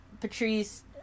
Patrice